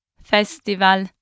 Festival